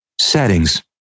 Settings